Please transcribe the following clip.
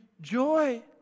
joy